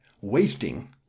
wasting